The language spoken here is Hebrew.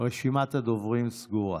רשימת הדוברים סגורה.